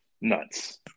Nuts